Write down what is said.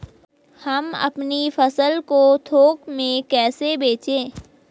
हम अपनी फसल को थोक में कैसे बेचें?